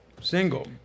Single